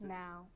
now